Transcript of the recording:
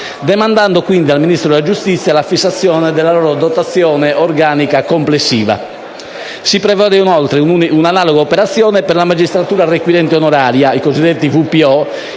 demandando al Ministro della giustizia la fissazione della loro dotazione organica complessiva. Si prevede, inoltre, un'analoga operazione per la magistratura requirente onoraria, i cosiddetti vice